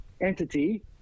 entity